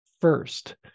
first